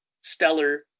stellar